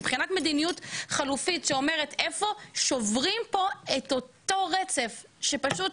מבחינת מדיניות חלופית שאומרת איפה שוברים פה את אותו רצף שפשוט